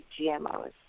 GMOs